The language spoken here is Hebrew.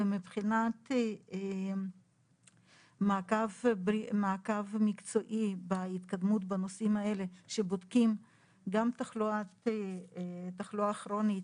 מבחינת מעקב מקצועי בהתקדמות בנושאים האלה שבודקים גם תחלואה כרונית